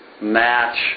match